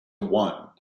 one